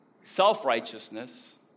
self-righteousness